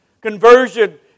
Conversion